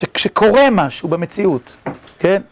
שכשקורה משהו במציאות, כן?